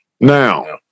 Now